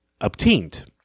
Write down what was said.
obtained